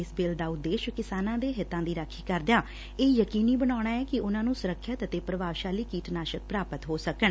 ਇਸ ਬਿੱਲ ਦਾ ਉਦੇਸ਼ ਕਿਸਾਨਾਂ ਦੇ ਹਿੱਤਾਂ ਦੀ ਰਾਖੀ ਕਰੰਦਿਆਂ ਇਹ ਯਕੀਨੀ ਬਣਾਉਣਾ ਐ ਕਿ ਉਨ੍ਹਾਂ ਨੂੰ ਸੁਰੱਖਿਅਤ ਅਤੇ ਪ੍ਰਭਵਸ਼ਾਲੀ ਕੀਟਨਾਸ਼ਕ ਪ੍ਰਾਪਤ ਹੋ ਸਕਣ